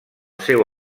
seu